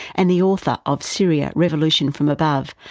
and the author of syria revolution from above,